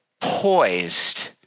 poised